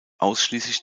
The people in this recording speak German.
ausschließlich